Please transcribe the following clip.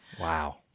Wow